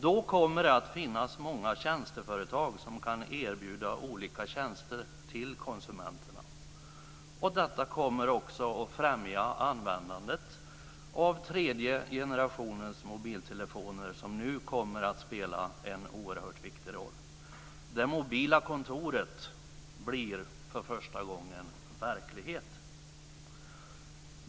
Då kommer det att finnas många tjänsteföretag som kan erbjuda olika tjänster till konsumenterna. Detta kommer också att främja användandet av tredje generationens mobiltelefoner, som nu kommer att spela en oerhört viktig roll. Det mobila kontoret blir för första gången verklighet.